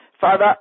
Father